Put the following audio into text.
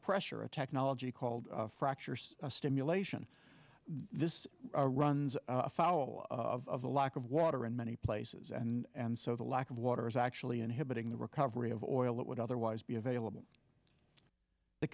pressure a technology called fractures stimulation this runs afoul of the lack of water in many places and so the lack of water is actually inhibiting the recovery of oil that would otherwise be available t